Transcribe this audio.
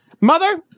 Mother